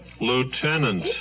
Lieutenant